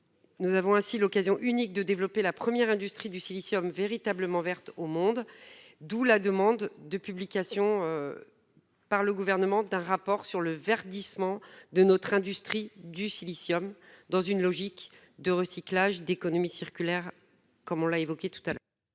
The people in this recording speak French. Nous avons ainsi l'occasion unique de développer la première industrie du Silicium véritablement verte au monde d'où la demande de publication. Par le gouvernement d'un rapport sur le verdissement de notre industrie du Silicium dans une logique de recyclage d'économie circulaire comme on l'a évoqué tout à l'heure.